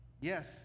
Yes